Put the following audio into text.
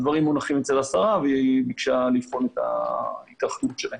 הדברים מונחים אצל השרה והיא ביקשה לבחון את ההיתכנות שלהם.